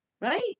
right